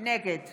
נגד